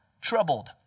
troubled